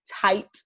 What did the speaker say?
tight